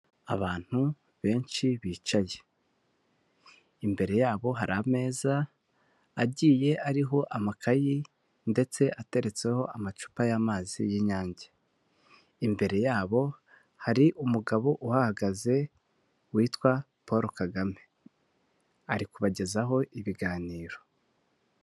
Abantu benshi bicaye. Imbere yabo hari ameza agiye ariho amakayi ndetse ateretseho amacupa y'amazi y'inyange, imbere yabo hari umugabo uhagaze witwa Paul Kagame ari kubagezaho ibiganiro.